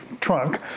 trunk